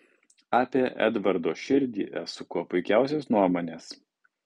apie edvardo širdį esu kuo puikiausios nuomonės